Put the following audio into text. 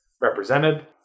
represented